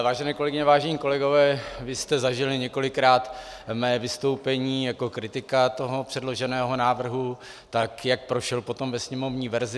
Vážené kolegyně, vážení kolegové, vy jste zažili několikrát mé vystoupení jako kritika předloženého návrhu, jak potom prošel ve sněmovní verzi.